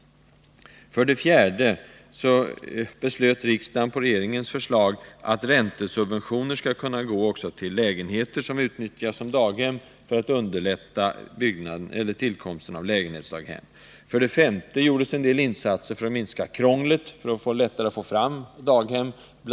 För det fjärde beslöt riksdagen på regeringens förslag att räntesubventioner skall kunna gå också till lägenheter som utnyttjas som daghem, för att underlätta tillkomsten av lägenhetsdaghem. För det femte gjordes en del insatser för att minska krånglet och göra det lättare att få fram daghem. BI.